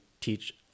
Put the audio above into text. teach